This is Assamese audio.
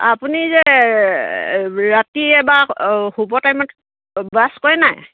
আপুনি যে ৰাতি বা শুবৰ টাইমত বাছ কৰে নাই